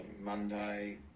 Monday